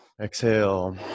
Exhale